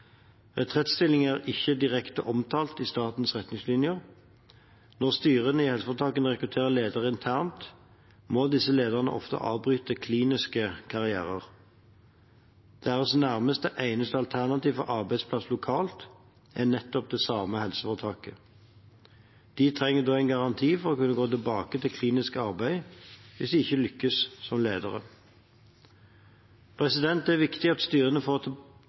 Retrettstillinger er ikke direkte omtalt i statens retningslinjer. Når styrene i helseforetakene rekrutterer ledere internt, må disse lederne ofte avbryte kliniske karrierer. Deres nærmest eneste alternativ for arbeidsplass lokalt er nettopp det samme helseforetaket. De trenger da en garanti for å kunne gå tilbake til klinisk arbeid hvis de ikke lykkes som ledere. Det er viktig at styrene får tilstrekkelig handlingsrom til